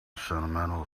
sentimental